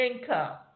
income